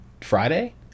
Friday